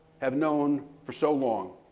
have known for so long